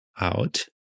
out